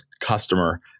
customer